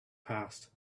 passed